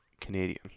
Canadian